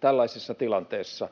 tällaisessa tilanteessa.